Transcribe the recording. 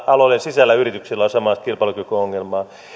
alojen sisällä yrityksillä ole samanlaista kilpailukykyongelmaa